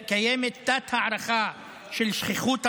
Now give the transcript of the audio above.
קיימת תת-הערכה של שכיחות המחלה,